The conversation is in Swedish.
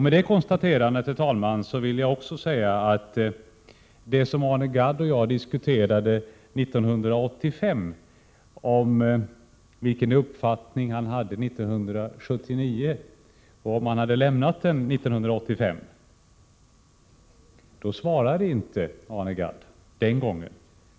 Med det konstaterandet, herr talman, vill jag gå över till det som Arne Gadd och jag diskuterade 1985, nämligen vilken uppfattning han hade 1979 och huruvida han hade lämnat den 1985. Den gången svarade inte Arne Gadd.